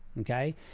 okay